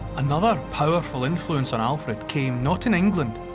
another powerful influence on alfred came not in england,